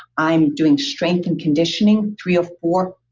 i'm doing strength and conditioning three or four,